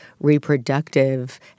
reproductive